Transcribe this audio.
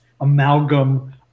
amalgam